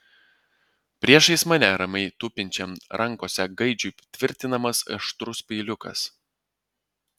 priešais mane ramiai tupinčiam rankose gaidžiui tvirtinamas aštrus peiliukas